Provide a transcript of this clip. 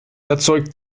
erzeugt